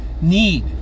need